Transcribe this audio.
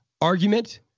argument